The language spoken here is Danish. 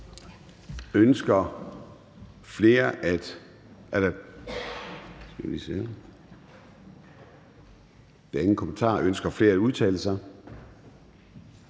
Ønsker nogen at udtale sig?